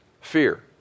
fear